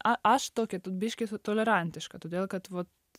aš tokia biškį tolerantiška todėl kad vat